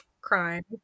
crime